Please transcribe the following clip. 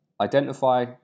identify